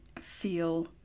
feel